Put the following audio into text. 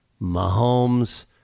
Mahomes